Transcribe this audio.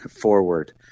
forward